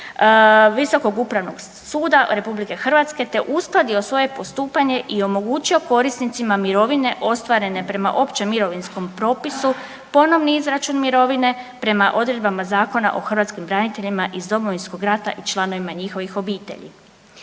Visokog upravnog suda Republike Hrvatske te uskladio svoje postupanje i omogućio korisnicima mirovine ostvarenje prema općem mirovinskom propisu ponovni izračun mirovine prema odredbama Zakona o hrvatskim braniteljima iz Domovinskog rata i članovima njihovih obitelji.